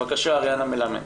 אריאנה מלמד,